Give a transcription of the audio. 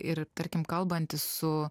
ir tarkim kalbantis su